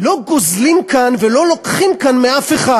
לא גוזלים כאן ולא לוקחים כאן מאף אחד.